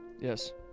Yes